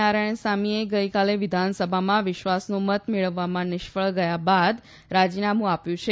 નારાયણસામીએ ગઈકાલે વિધાનસભામાં વિશ્વાસનો મત મેળવવામાં નિષ્ફળ ગયા બાદ રાજીનામું આપ્યું છે